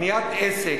בניית עסק,